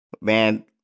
man